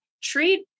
treat